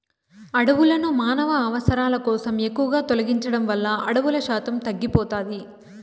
అడవులను మానవ అవసరాల కోసం ఎక్కువగా తొలగించడం వల్ల అడవుల శాతం తగ్గిపోతాది